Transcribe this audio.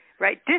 right